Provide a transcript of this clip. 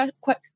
quick